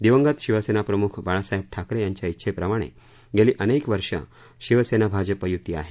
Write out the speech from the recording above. दिवंगत शिवसेनाप्रमुख बाळासाहेब ठाकरे यांच्या डिछेप्रमाणे गेली अनेक वर्षे शिवसेना भाजप युती आहे